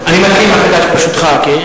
אני מתחיל מחדש, ברשותך.